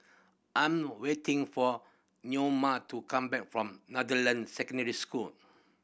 I'm waiting for to come back from Secondary School